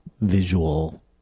visual